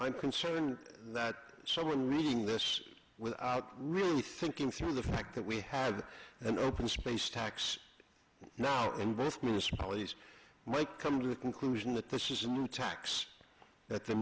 i'm concerned that someone reading this without really thinking through the fact that we had an open space tax now and both municipalities might come to the conclusion that this is a new tax that the